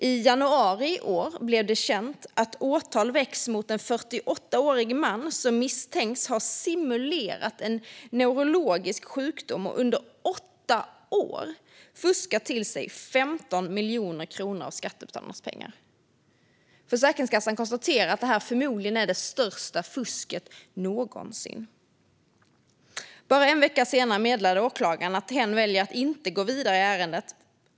I januari i år blev det känt att åtal väckts mot en 48-årig man som misstänks ha simulerat en neurologisk sjukdom och under åtta år fuskat till sig 15 miljoner kronor av skattebetalarnas pengar. Försäkringskassan konstaterar att detta förmodligen är det största fusket någonsin. Bara en vecka senare meddelade dock åklagaren att hen väljer att inte gå vidare i ärendet.